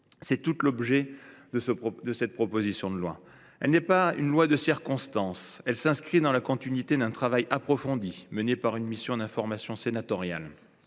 sont tout l’objet de cette proposition de loi. Celle ci n’est pas une loi de circonstance ; elle s’inscrit dans la continuité d’un travail approfondi, mené par la mission conjointe de contrôle.